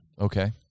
Okay